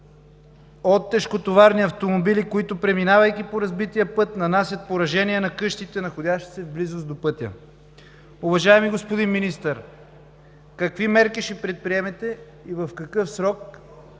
от тежкотоварни автомобили, които, преминавайки по разбития път, нанасят поражения на къщите, находящи се в близост до пътя. Уважаеми господин Министър, какви мерки ще предприемете и в какъв срок,